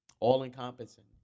all-encompassing